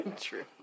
True